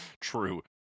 True